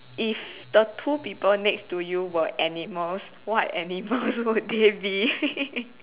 if the two people next to you were animals what animals would they be